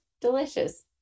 Delicious